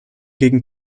gegen